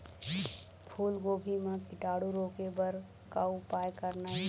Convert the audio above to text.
फूलगोभी म कीटाणु रोके बर का उपाय करना ये?